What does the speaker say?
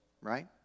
right